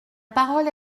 parole